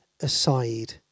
aside